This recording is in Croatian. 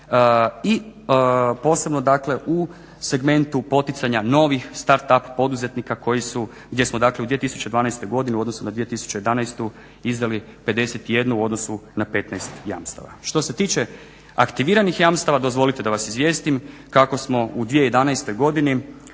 i posebno dakle u segmentu poticanja novih start-up poduzetnika gdje smo dakle u 2012. godini u odnosu na 2011. izdali 51 u odnosu na 15 jamstava. Što se tiče aktiviranih jamstava, dozvolite da vas izvijestim kako smo u 2011. godini